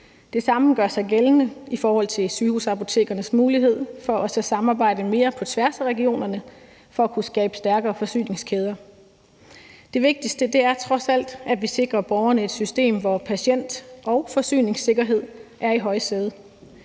Det samme gør sig gældende i forhold til sygehusapotekernes mulighed for også at samarbejde mere på tværs af regionerne for at kunne skabe stærkere forsyningskæder. Det vigtigste er trods alt, at vi sikrer borgerne et system, hvor patient- og forsyningssikkerhed er i højsædet.